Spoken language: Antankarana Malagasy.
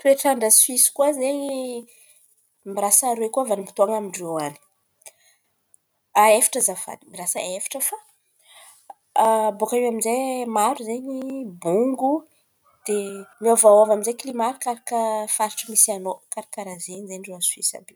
Toetrandra a Soisy koa zen̈y, mirasa aroe koa vanim-potoan̈a amin-drô an̈y a efatra azafady. Mirasa efatra fa abaka iô aminjay maro zen̈y bongo de miôvaôva amy zay zen̈y klimà, arakaraka ny tan̈y misy anao. Karkaràha zen̈y ze rô a Soisy àby io.